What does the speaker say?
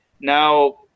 Now